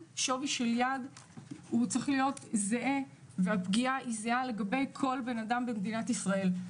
שווי של יד ושל פגיעה בה צריך להיות זהה לגבי כל אזרח במדינת ישראל.